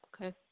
Okay